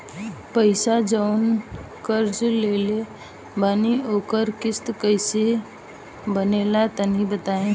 पैसा जऊन कर्जा लेले बानी ओकर किश्त कइसे बनेला तनी बताव?